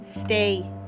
stay